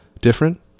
different